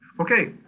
okay